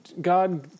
God